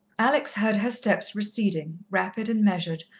alex heard her steps receding, rapid and measured,